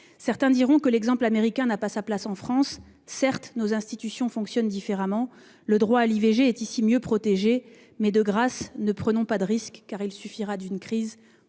Certains diront que l'exemple américain n'a pas sa place en France. Certes, nos institutions fonctionnent différemment ; le droit à l'IVG est ici mieux protégé. Mais, de grâce, ne prenons pas de risque, car il suffira d'une crise